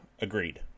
agreed